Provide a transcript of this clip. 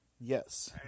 Yes